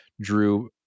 drew